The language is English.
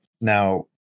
Now